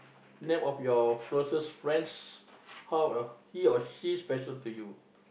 name of your closest friends how your he or she special to you